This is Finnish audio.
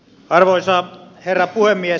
arvoisa herra puhemies